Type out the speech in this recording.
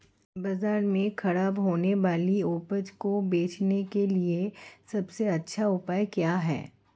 बाजार में खराब होने वाली उपज को बेचने के लिए सबसे अच्छा उपाय क्या है?